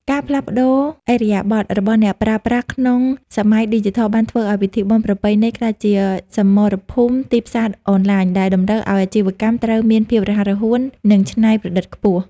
ការផ្លាស់ប្តូរឥរិយាបថរបស់អ្នកប្រើប្រាស់ក្នុងសម័យឌីជីថល បានធ្វើឱ្យពិធីបុណ្យប្រពៃណីក្លាយជា "សមរភូមិទីផ្សារអនឡាញ" ដែលតម្រូវឱ្យអាជីវកម្មត្រូវមានភាពរហ័សរហួន និងច្នៃប្រឌិតខ្ពស់។